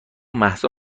مهسا